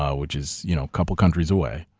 ah which is you know couple countries away.